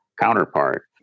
counterpart